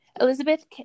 Elizabeth